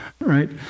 right